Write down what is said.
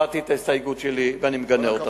הבעתי את ההסתייגות שלי ואני מגנה אותה.